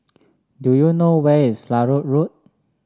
do you know where is Larut Road